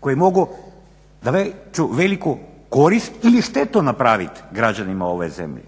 koji mogu veću, veliku korist ili štetu napraviti građanima ove zemlje,